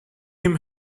him